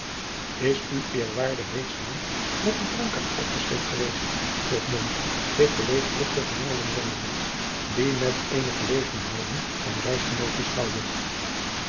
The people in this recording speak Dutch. u eerwaarde reeds lang met dien dronkaart opgescheept geweest vroeg mom zich beleefdelijk tot den jongeling wendende die met eene verlegene houding zijn reisgenoot beschouwde